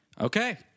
Okay